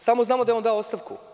Samo znamo da je on dao ostavku.